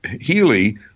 Healy